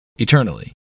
eternally